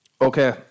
Okay